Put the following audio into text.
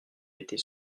était